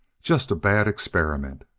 just a bad experiment.